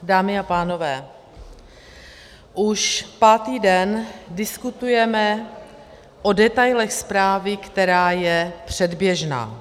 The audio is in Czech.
Dámy a pánové, už pátý den diskutujeme o detailech zprávy, která je předběžná.